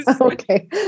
Okay